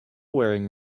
wearing